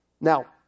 Now